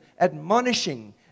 admonishing